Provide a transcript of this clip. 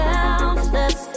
Selfless